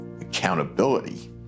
accountability